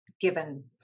given